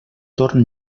torn